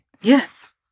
Yes